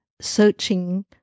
Searching